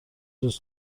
روز